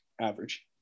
average